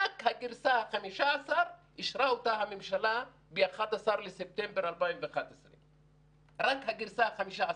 רק הגרסה ה-15 אושרה על ידי הממשלה ב-11 בספטמבר 2011. רק הגרסה ה-15.